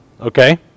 Okay